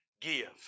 give